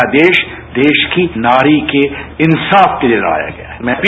ये अध्यादेश देश की नारी को इंसाफ के लिए लाया गया है